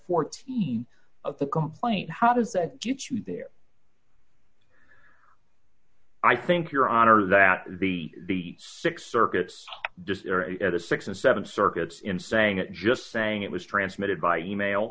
the complaint how does that get you there i think your honor that the the six circuits just the six and seven circuits in saying it just saying it was transmitted by e mail